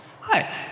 Hi